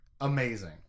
amazing